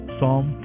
Psalm